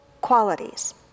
qualities